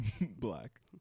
Black